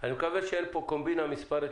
אני מקווה שאין פה קומבינה מספרית,